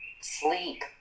sleep